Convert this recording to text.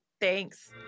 Thanks